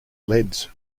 leads